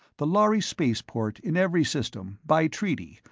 the lhari spaceport in every system, by treaty,